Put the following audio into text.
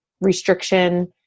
restriction